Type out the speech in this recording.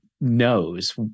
knows